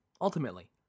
ultimately